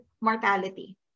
mortality